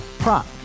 Prop